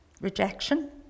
rejection